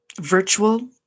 virtual